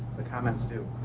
the comments do.